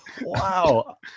Wow